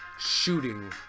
shooting